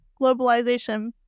globalization